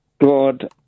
God